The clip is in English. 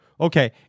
Okay